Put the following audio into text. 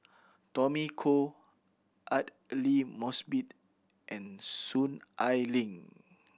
Tommy Koh Aidli Mosbit and Soon Ai Ling